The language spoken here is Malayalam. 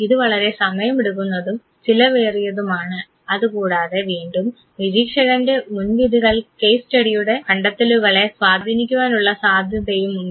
ഇത് വളരെ സമയമെടുക്കുന്നതും ചിലവേറിയതുമാണ് അതുകൂടാതെ വീണ്ടും നിരീക്ഷകൻറെ മുൻവിധികൾ കേസ് സ്റ്റഡിയുടെ കണ്ടെത്തലുകളെ സ്വാധീനിക്കുവാനുള്ള സാധ്യതയുമുണ്ട്